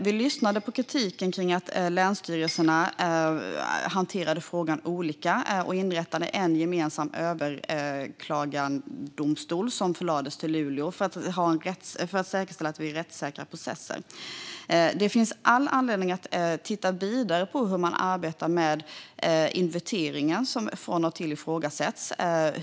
Vi lyssnade på kritiken mot att länsstyrelserna hanterade frågan olika och inrättade en gemensam överklagandedomstol, som förlades till Luleå, för att säkerställa rättssäkra processer. Det finns all anledning att titta vidare på hur man arbetar med inventeringen, som från och till ifrågasätts.